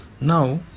now